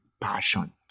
passion